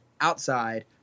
outside